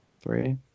Three